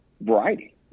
variety